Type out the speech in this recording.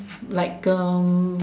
like um